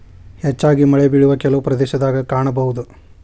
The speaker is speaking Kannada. ಹೆಚ್ಚಾಗಿ ಮಳೆಬಿಳುವ ಕೆಲವು ಪ್ರದೇಶದಾಗ ಕಾಣಬಹುದ